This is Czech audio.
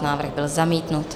Návrh byl zamítnut.